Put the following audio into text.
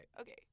Okay